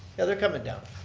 yeah they're coming down.